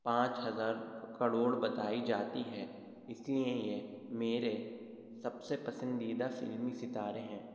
پانچ ہزار کروڑ بتائی جاتی ہے اسی لیے یہ میرے سب سے پسندیدہ فلمی ستارے ہیں